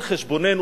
על חשבוננו,